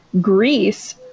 Greece